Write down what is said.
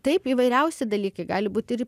taip įvairiausi dalykai gali būt ir